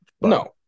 No